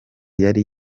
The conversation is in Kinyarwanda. yari